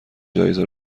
جایزه